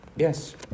Yes